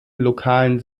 lokalen